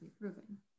proven